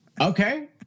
Okay